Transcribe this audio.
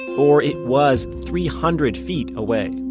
or it was three hundred feet away.